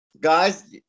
Guys